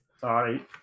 Sorry